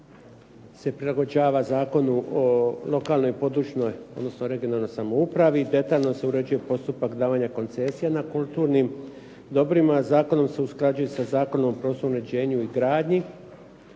se prilagođava Zakonu o lokalnoj i područnoj, odnosno regionalnoj samoupravi, detaljno se uređuje postupak davanja koncesija na kulturnim dobrima, a zakonom se usklađuje sa Zakonom o prostornom uređenju i gradnji.